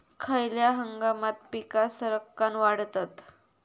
खयल्या हंगामात पीका सरक्कान वाढतत?